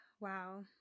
Wow